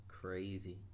crazy